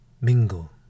mingle